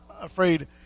afraid